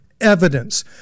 evidence